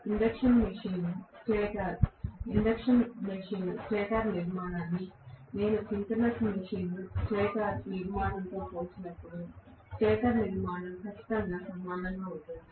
induction machine stator నిర్మాణాన్ని నేను synchronous machine stator నిర్మాణంతో పోల్చినప్పుడు స్టేటర్ నిర్మాణం ఖచ్చితంగా సమానంగా ఉంటుంది